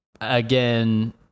Again